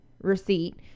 receipt